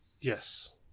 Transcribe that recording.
Yes